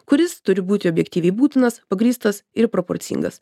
kuris turi būti objektyviai būtinas pagrįstas ir proporcingas